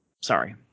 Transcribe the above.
Sorry